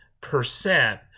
percent